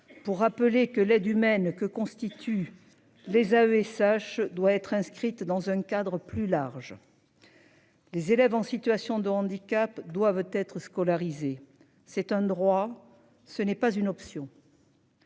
Pour rappeler que l'aide humaine que constituent les AESH doit être inscrite dans un cadre plus large. Des élèves en situation de handicap doivent être scolarisés. C'est un droit, ce n'est pas une option.--